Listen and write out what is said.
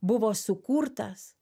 buvo sukurtas